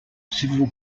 civil